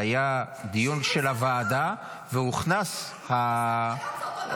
היה דיון של הוועדה וזה הוכנס לסדר-היום.